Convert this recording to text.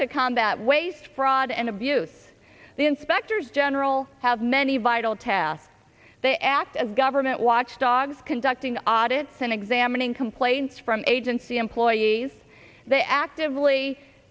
to combat waste fraud and abuse the inspector general has many vital tasks they act as government watchdogs conducting audits and examining complaints from agency employees they actively